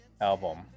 album